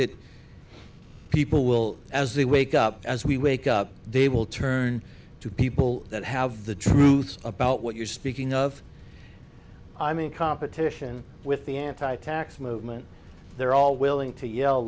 that people will as they wake up as we wake up they will turn to people that have the truth about what you're speaking of i'm in competition with the anti tax movement they're all willing to yell